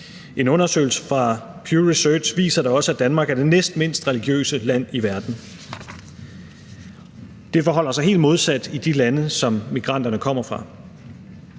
En undersøgelse fra Pew Research Center viser da også, at Danmark er det næstmindst religiøse land i verden. Det forholder sig helt modsat i de lande, som migranterne kommer fra.